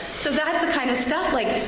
so that's the kind of stuff, like,